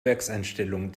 werkseinstellungen